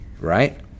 right